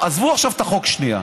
עזבו עכשיו את החוק שנייה.